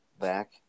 back